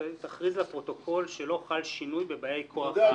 תכריז לפרוטוקול שלא חל שינוי בבאי כוח העבודה.